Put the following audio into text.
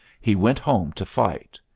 he went home to fight.